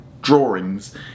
drawings